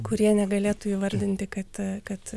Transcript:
kurie negalėtų įvardinti kad kad